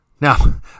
Now